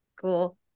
cool